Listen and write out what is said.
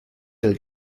del